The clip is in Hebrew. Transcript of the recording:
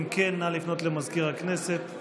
אם כן, נא לפנות למזכיר הכנסת.